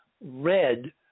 red